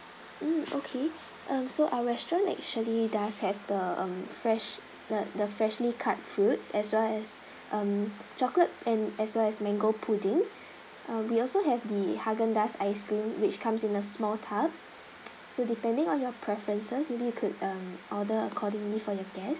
mm okay um so our restaurant actually does have the err fresh the the freshly cut fruits as well as um chocolate and as well as mango pudding err we also have the Haagen-Dazs ice cream which comes in a small tub so depending on your preferences maybe you could order accordingly for your guests